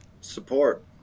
support